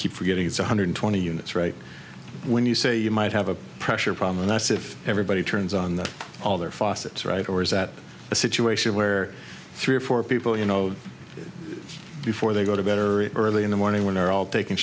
keep forgetting it's one hundred twenty units right when you say you might have a pressure problem and that's if everybody turns on the other facets right or is that a situation where three or four people you know before they go to bed or early in the morning when they're all taking